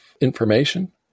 information